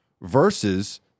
versus